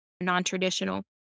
non-traditional